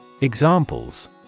Examples